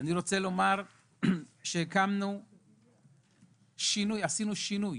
עשינו שינויי